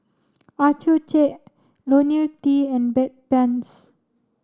Accucheck Ionil T and Bedpans